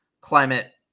climate